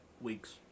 weeks